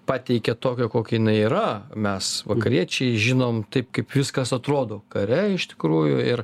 pateikė tokią kokia jinai yra mes vakariečiai žinom taip kaip viskas atrodo kare iš tikrųjų ir